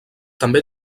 també